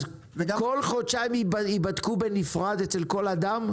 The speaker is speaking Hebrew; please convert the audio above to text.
אז כל חודשיים יבדקו בנפרד אצל כל אדם?